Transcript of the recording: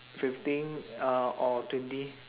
fifteen uh or twenty